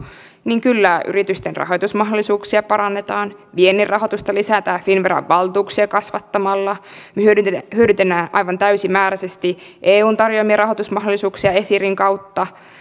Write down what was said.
niin kyllä yritysten rahoitusmahdollisuuksia parannetaan viennin rahoitusta lisätään finnveran valtuuksia kasvat tamalla hyödynnetään aivan täysimääräisesti eun tarjoamia rahoitusmahdollisuuksia esirin kautta